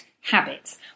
habits